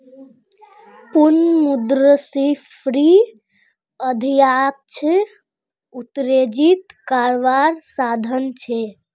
पुनः मुद्रस्फ्रिती अर्थ्शाश्त्रोक उत्तेजित कारवार साधन छे